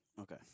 Okay